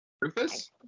Rufus